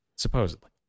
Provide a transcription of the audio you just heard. supposedly